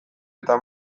eta